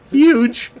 huge